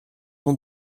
oan